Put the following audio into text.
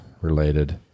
related